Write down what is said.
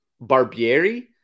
Barbieri